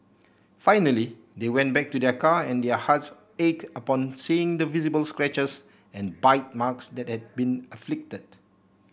finally they went back to their car and their hearts ache upon seeing the visible scratches and bite marks that had been inflicted